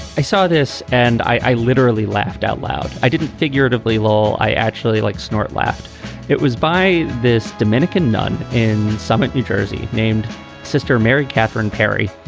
i saw this and i literally laughed out loud. i didn't figuratively lol. i actually like snort laughed it was by this dominican nun in summit, new jersey, named sister mary katherine perry.